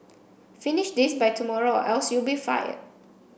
finish this by tomorrow or else you'll be fired